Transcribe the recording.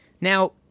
Now